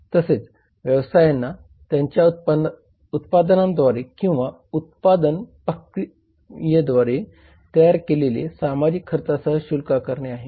तसेच व्यवसायांना त्यांच्या उत्पादनांद्वारे किंवा उत्पादन प्रक्रियेद्वारे तयार केलेल्या सामाजिक खर्चासह शुल्क आकारणे आहे